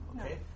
okay